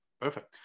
perfect